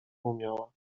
umiała